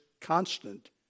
constant